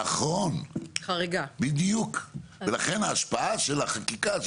נכון בדיוק ולכן ההשפעה של החקיקה,